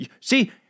See